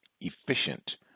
efficient